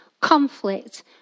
conflict